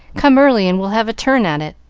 come early, and we'll have a turn at it.